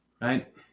right